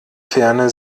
ferne